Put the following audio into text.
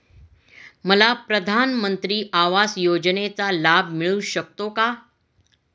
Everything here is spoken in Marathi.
मला प्रधानमंत्री आवास योजनेचा लाभ मिळू शकतो का?